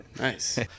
Nice